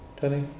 Tony